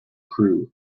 crew